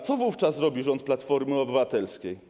Co wówczas robi rząd Platformy Obywatelskiej?